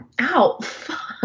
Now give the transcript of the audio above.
Ow